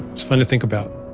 it's fun to think about